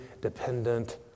dependent